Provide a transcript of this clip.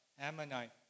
Ammonite